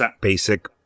basic